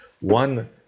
One